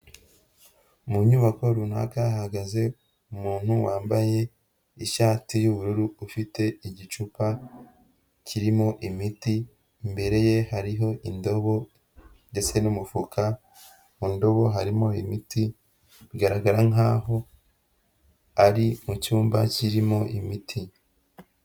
Mu nyubako runaka hahagaze umuntu wambaye ishati y'ubururu ufite igicupa kirimo imiti, imbere ye hariho indobo ndetse n'umufuka. Mu ndobo harimo imiti, bigaragara nk'aho ari mu cyumba kirimo imiti.